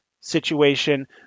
situation